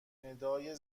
ندای